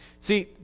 See